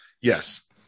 Yes